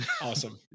awesome